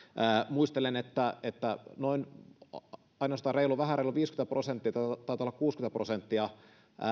muistelen että että ainoastaan noin vähän reilu viisikymmentä prosenttia tai taitaa olla kuusikymmentä prosenttia